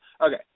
Okay